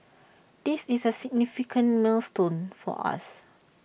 this is A significant milestone for us